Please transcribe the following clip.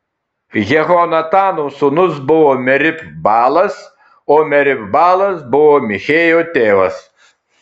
jehonatano sūnus buvo merib baalas o merib baalas buvo michėjo tėvas